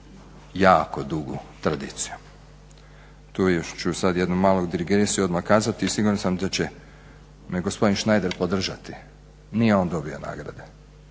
jako dugu tradiciju. Tu ću još jednu malu digresiju odmah kazati, siguran sam da će me gospodin Šnajder podržati. Nije on dobio nagrade,